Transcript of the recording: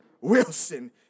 Wilson